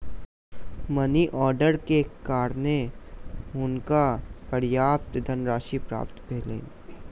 money order के कारणें हुनका पर्याप्त धनराशि प्राप्त भेलैन